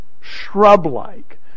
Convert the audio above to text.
shrub-like